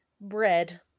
Bread